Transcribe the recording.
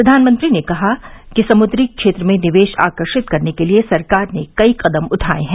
प्रधानमंत्री ने कहा कि समुद्री क्षेत्र में निवेश आकर्षित करने के लिए सरकार ने कई कदम उठाए हैं